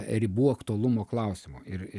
ribų aktualumo klausimo ir